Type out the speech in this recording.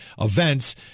events